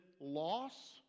loss